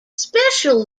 special